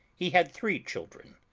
he had three children.